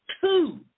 two